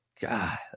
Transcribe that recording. God